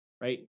Right